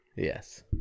Yes